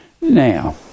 Now